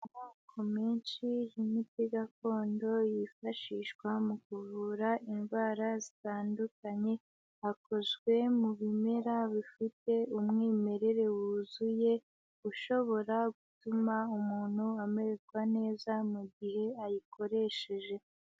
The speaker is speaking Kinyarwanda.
Amoko menshi y'imiti gakondo yifashishwa mu kuvura indwara zitandukanye, akozwe mu bimera bifite umwimerere wuzuye ushobora gutuma umuntu amererwa neza mu gihe ayikoresheje.